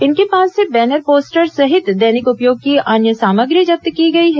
इनके पास से बैनर पोस्टर सहित दैनिक उपयोग की अन्य सामग्री जब्त की गई है